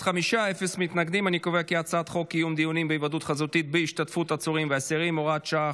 חוק קיום דיונים בהיוועדות חזותית בהשתתפות עצורים ואסירים (הוראת שעה,